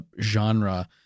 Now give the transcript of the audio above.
genre